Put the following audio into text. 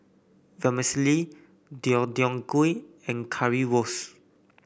Vermicelli Deodeok Gui and Currywurst